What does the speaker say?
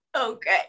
okay